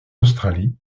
australie